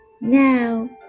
Now